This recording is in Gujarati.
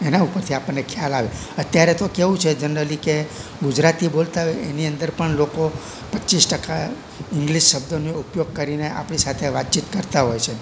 એના ઉપરથી આપણને ખ્યાલ આવે અત્યારે તો કેવું છે જનરલી કે ગુજરાતી બોલતા હોય એની અંદર પણ લોકો પચીસ ટકા ઇંગ્લિસ શબ્દનો ઉપયોગ કરીને આપણી સાથે વાતચીત કરતાં હોય છે